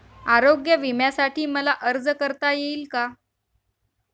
आरोग्य विम्यासाठी मला अर्ज करता येईल का?